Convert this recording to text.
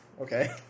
Okay